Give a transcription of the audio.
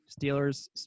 Steelers